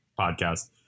podcast